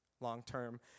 long-term